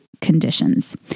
conditions